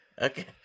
Okay